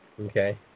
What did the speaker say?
okay